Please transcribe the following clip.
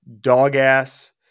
dog-ass